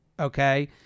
okay